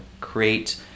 create